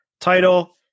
title